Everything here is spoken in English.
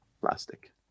Plastic